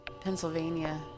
Pennsylvania